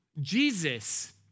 Jesus